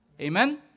Amen